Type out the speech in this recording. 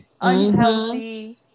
unhealthy